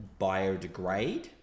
biodegrade